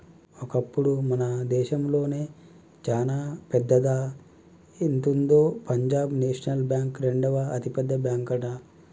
ఒకప్పుడు మన దేశంలోనే చానా పెద్దదా ఎంతుందో పంజాబ్ నేషనల్ బ్యాంక్ రెండవ అతిపెద్ద బ్యాంకట